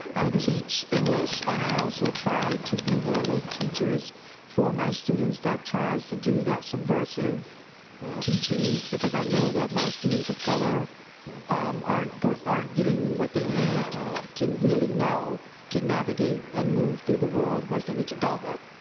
i teach english and i also try to be one of those teachers for my students that tries to do that subversive teaching because i know that my students of color aren't getting what they need to really know to navigate and move through the world once they reach adulthood.